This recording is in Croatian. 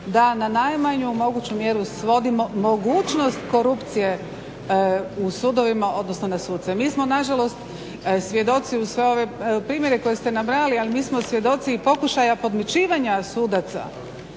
da na najmanju moguću mjeru svodimo mogućnost korupcije u sudovima odnosno na suce. Mi smo nažalost svjedoci u sve ove primjere koje ste nabrajali ali mi smo svjedoci pokušaja podmićivanja sudaca